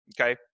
okay